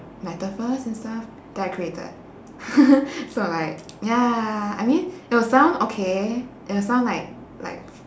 metaphors and stuff that I created so like ya I mean there was some okay there was some like like